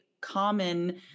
common